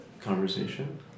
conversation